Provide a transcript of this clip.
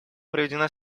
проведена